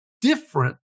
different